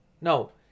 No